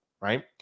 right